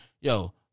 yo